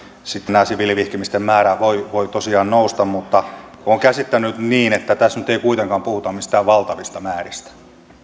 sitten näiden siviilivihkimisten määrä voi voi tosiaan nousta mutta olen käsittänyt niin että tässä nyt ei kuitenkaan puhuta mistään valtavista määristä